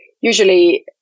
usually